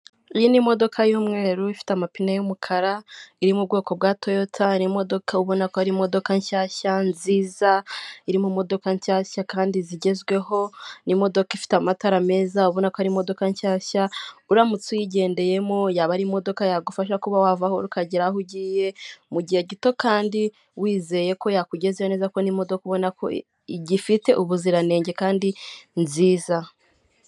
Iyi ni imodoka y'umweru ifite amapine yumukara iri mu bwoko bwa toyota, ni imodoka ubona ko ari imodoka nshyashya nziza iri mu modoka nshyashya kandi zigezweho, ni imodoka ifite amatara meza wa ubona ko ari imodoka nshyashya, uramutse uyigendeyemo yaba ari imodoka yagufasha kuba wava aho uri ukagera aho ugiye mu gihe gito kandi wizeye ko yakugezaho neza ko n'imodoka ubona ko igifite ubuziranenge kandi nziza.